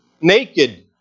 Naked